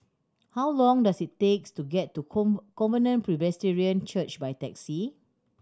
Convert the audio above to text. how long does it takes to get to Covenant Presbyterian Church by taxi